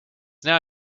now